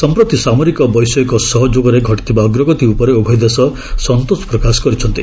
ସମ୍ପ୍ରତି ସାମରିକ ବୈଷୟିକ ସହଯୋଗରେ ଘଟିଥିବା ଅଗ୍ରଗତି ଉପରେ ଉଭୟ ଦେଶ ସନ୍ତୋଷ ପ୍ରକାଶ କରିଛନ୍ତି